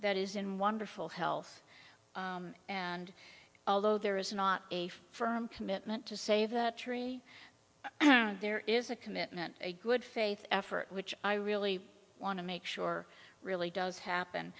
that is in wonderful health and although there is not a firm commitment to save that tree there is a commitment a good faith effort which i really want to make sure really does happen